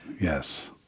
Yes